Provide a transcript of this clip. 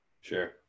Sure